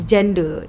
Gender